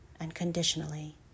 unconditionally